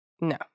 no